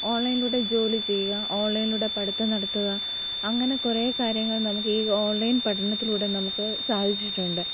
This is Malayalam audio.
ഓൺലൈൻലൂടെ ജോലി ചെയ്യുക ഓൺലൈൻലൂടെ പഠിത്തം നടത്തുക അങ്ങനെ കുറെ കാര്യങ്ങൾ നമുക്കീ ഓൺലൈൻ പഠനത്തിലൂടെ നമുക്ക് സാധിച്ചിട്ടുണ്ട്